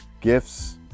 gifts